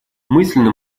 мысленно